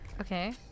okay